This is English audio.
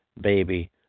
baby